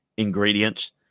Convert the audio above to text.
Ingredients